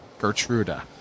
Gertruda